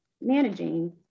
managing